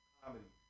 comedy